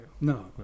No